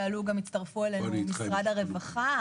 הצטרפו אלינו גם משרד הרווחה,